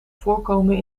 voorkomen